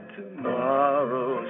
tomorrow